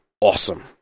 awesome